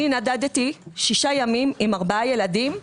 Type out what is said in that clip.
אני נדדתי שישה ימים עם ארבעה ילדים.